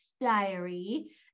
diary